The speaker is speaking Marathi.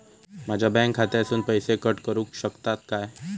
माझ्या बँक खात्यासून पैसे कट करुक शकतात काय?